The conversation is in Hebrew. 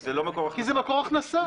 כי זה מקור הכנסה.